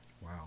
wow